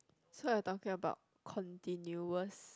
so you're talking about continuous